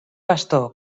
bastó